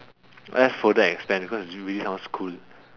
let's further expand cause it really sounds cool